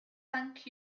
thank